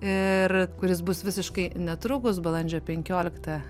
ir kuris bus visiškai netrukus balandžio penkioliktą